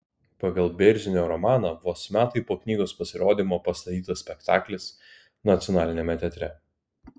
pagal bėrzinio romaną vos metai po knygos pasirodymo pastatytas spektaklis nacionaliniame teatre